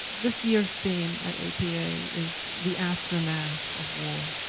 this year's theme at a p a is the aftermath of war,